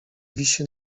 wisi